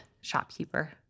shopkeeper